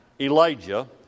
Elijah